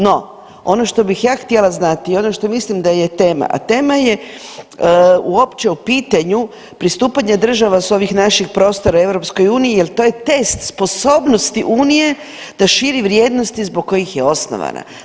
No, ono što bih ja htjela znati i ono što mislim da je tema, a tema je uopće o pitanju pristupanja država s ovih naših prostora EU jel to je test sposobnosti unije da širi vrijednosti zbog kojih je osnovana.